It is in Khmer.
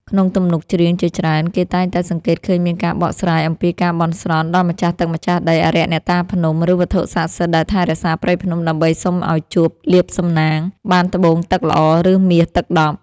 ក្នុងទំនុកច្រៀងជាច្រើន គេតែងតែសង្កេតឃើញមានការបកស្រាយអំពីការបន់ស្រន់ដល់ម្ចាស់ទឹកម្ចាស់ដី អារក្សអ្នកតាភ្នំ ឬវត្ថុសក្តិសិទ្ធិដែលថែរក្សាព្រៃភ្នំ ដើម្បីសុំឱ្យជួប លាភសំណាង បានត្បូងទឹកល្អ ឬមាសទឹកដប់។